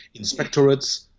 inspectorates